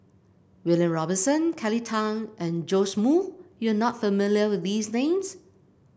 William Robinson Kelly Tang and Joash Moo you are not familiar with these names